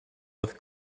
with